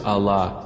Allah